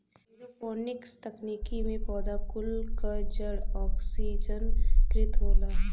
aeroponics तकनीकी में पौधा कुल क जड़ ओक्सिजनकृत होला